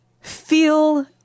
feel